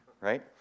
right